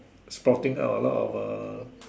spotting out a lot of uh